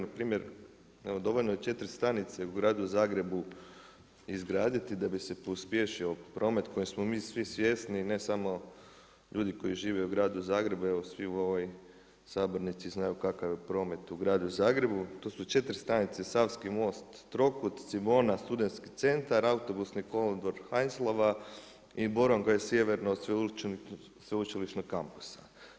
Npr. evo dovoljno je četiri stanice u gradu Zagrebu izgraditi da bi se pospješio promet kojeg smo mi svi svjesni ne samo ljudi koji žive u gradu Zagrebu, evo svi u ovoj sabornici znaju kakav je promet u gradu Zagrebu, to su četiri stanice Savski most, Trokut, Cibona, Studentski centar, Autobusni kolodvor, Heinzlova i Borongaj sjeverno od Sveučilišnog kampusa.